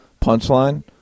punchline